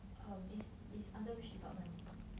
um is is under which department